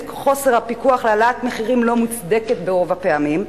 חוסר הפיקוח להעלאת מחירים לא מוצדקת ברוב הפעמים.